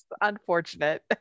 unfortunate